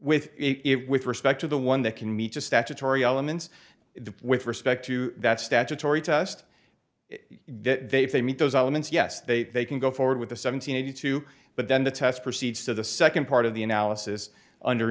with it with respect to the one that can meet the statutory elements with respect to that statutory test they say meet those elements yes they they can go forward with the seventy two but then the test proceeds to the second part of the analysis under